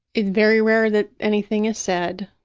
it's very rare that anything is said.